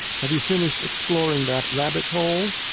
have you finished exploring that rabbit's hole?